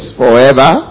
forever